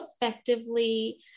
effectively